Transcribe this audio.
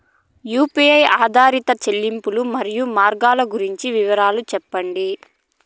UPI ఆధారిత చెల్లింపులు, మరియు మార్గాలు గురించి వివరాలు సెప్పండి?